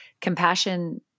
compassion